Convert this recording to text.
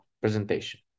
presentation